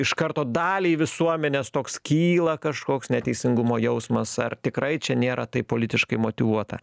iš karto daliai visuomenės toks kyla kažkoks neteisingumo jausmas ar tikrai čia nėra tai politiškai motyvuota